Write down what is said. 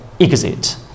exit